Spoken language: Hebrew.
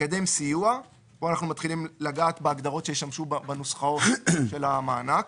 "מקדם סיוע" פה אנחנו מתחילים לגעת בהגדרות שישמשו בנוסחאות של המענק.